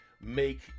make